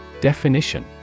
Definition